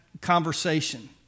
conversation